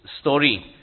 story